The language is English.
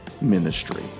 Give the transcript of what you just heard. ministry